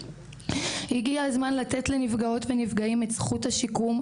הגיע הזמן לתת לנפגעות ונפגעים את זכות השיקום,